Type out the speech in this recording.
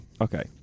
Okay